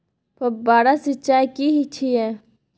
फव्वारा सिंचाई की छिये?